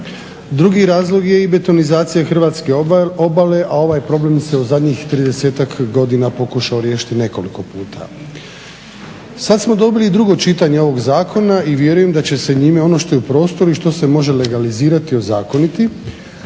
Drugi razlog je i betonizacija hrvatske obale, a ovaj problem se u zadnjih 30-ak godina pokušao riješiti nekoliko puta. Sad smo dobili i drugo čitanje ovog zakona i vjerujem da će se njime ono što je u prostoru i što se može legalizirati ozakoniti,